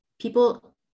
people